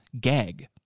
gag